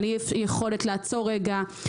על אי יכולת לעצור לרגע.